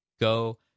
Go